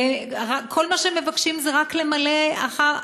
כל מה שמבקשים זה רק למלא אחר,